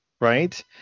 right